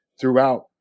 throughout